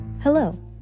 Hello